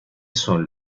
son